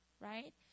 right